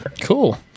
Cool